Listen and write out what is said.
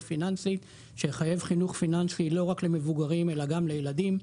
פיננסית שיחייב חינוך פיננסי לא רק למבוגרים אלא גם לילדים.